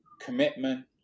commitment